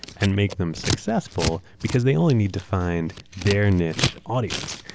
and make them successful because they only need to find their niche audience.